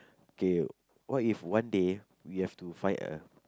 K what if one day you have to fight a